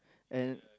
and